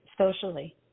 socially